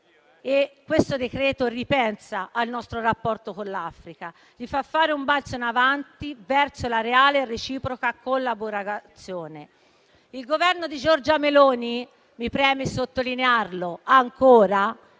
in esame ripensa al nostro rapporto con l'Africa, gli fa fare un balzo in avanti verso la reale e reciproca collaborazione. Il Governo di Giorgia Meloni - mi preme sottolinearlo ancora